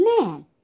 man